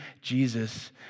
Jesus